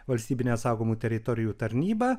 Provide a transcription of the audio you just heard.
valstybinę saugomų teritorijų tarnybą